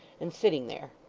and sitting there.